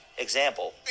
Example